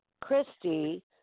Christy